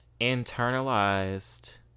internalized